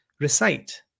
recite